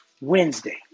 Wednesday